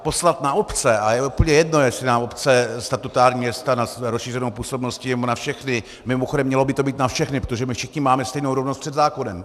Poslat na obce, a je úplně jedno, jestli na obce, statutární města, obce s rozšířenou působností nebo na všechny mimochodem, mělo by to být na všechny, protože my všichni máme stejnou rovnost před zákonem.